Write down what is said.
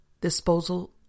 Disposal